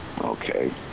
okay